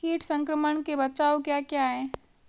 कीट संक्रमण के बचाव क्या क्या हैं?